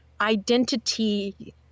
identity